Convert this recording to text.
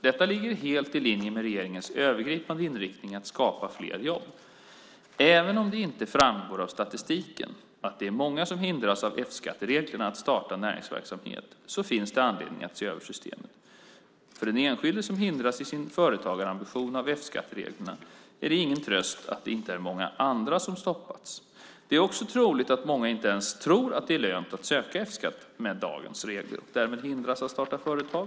Detta ligger helt i linje med regeringens övergripande inriktning att skapa fler jobb. Även om det inte framgår av statistiken att det är många som hindras av F-skattereglerna att starta näringsverksamhet finns det anledning att se över systemet. För den enskilde som hindras i sin företagarambition av F-skattereglerna är det ingen tröst att det inte är många andra som stoppas. Det är också troligt att många inte ens tror att det är lönt att söka F-skatt med dagens regler och därmed hindras att starta företag.